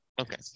Okay